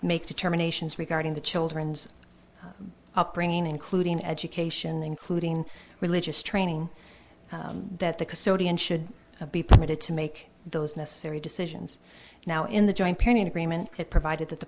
make determinations regarding the children's upbringing including education including religious training that the custodian should be permitted to make those necessary decisions now in the joint pain agreement that provided that the